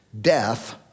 death